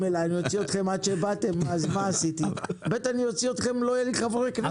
אליי ואם אני אוציא אתכם לא יהיו פה חברי כנסת.